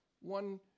One